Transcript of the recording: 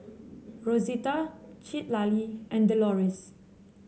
Rosita Citlalli and Deloris